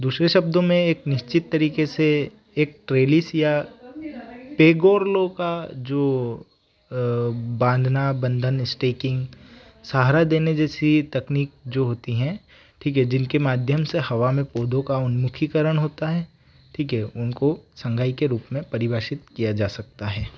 दूसरे शब्दों में एक निश्चित तरीके से एक ट्रेलिसिया पेगोर लोग का जो बांधना बंधन स्टेकिंग सहारा देने जैसी तकनीक जो होती हैं ठीक है जिनके माध्यम से हवा में पौधों का उन्मुखीकरण होता है ठीक है उनको संघाई के रूप में परिभाषित किया जा सकता है